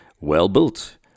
well-built